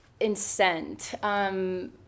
Incent